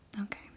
Okay